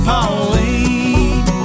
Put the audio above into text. Pauline